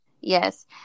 Yes